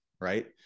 right